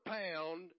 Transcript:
pound